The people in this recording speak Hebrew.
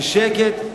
ושקט,